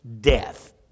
death